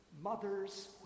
mothers